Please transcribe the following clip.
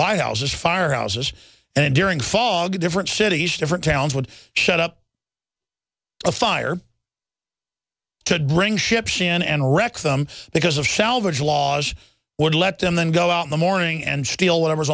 lighthouses fire houses and during fog different cities different towns would shut up a fire to bring ships in and wreck them because of salvage laws would let them then go out in the morning and steal whatever's